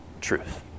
truth